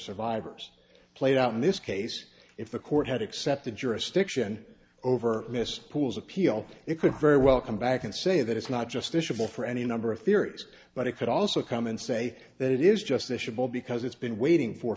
survivors played out in this case if the court had accepted jurisdiction over this pools appeal it could very well come back and say that it's not justiciable for any number of theories but it could also come and say that it is just the chabal because it's been waiting for